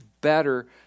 better